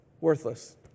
Worthless